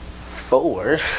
four